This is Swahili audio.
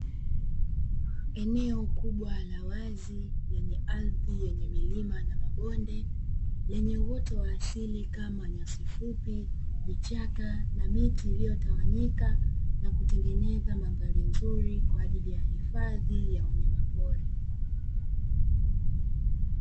Eneo kubwa la wazi lenye ardhi yenye milima na mabonde, lenye uoto wa asili kama nyasi fupi, vichaka na miti iliyotawanyika na kutengeneza mandhari nzuri kwa ajili ya hifadhi ya wanyamapori.